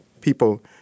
people—